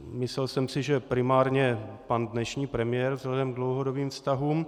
Myslel jsem si, že primárně dnešní pan premiér vzhledem k dlouhodobým vztahům.